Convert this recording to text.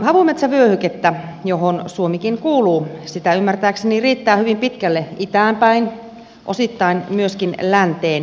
havumetsävyöhykettä johon suomikin kuuluu ymmärtääkseni riittää hyvin pitkälle itään päin osittain myöskin länteen